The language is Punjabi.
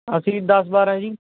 ਅਸੀਂ ਦਸ ਬਾਰ੍ਹਾਂ ਜੀ